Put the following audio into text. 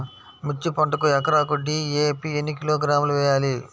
మిర్చి పంటకు ఎకరాకు డీ.ఏ.పీ ఎన్ని కిలోగ్రాములు వేయాలి?